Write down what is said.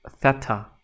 theta